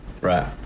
Right